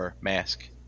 mask